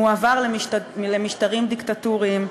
מועבר למשטרים דיקטטוריים ודכאניים,